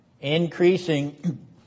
increasing